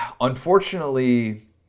unfortunately